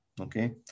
Okay